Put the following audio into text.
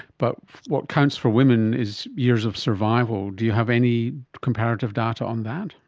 but what counts for women is years of survival. do you have any comparative data on that?